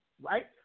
right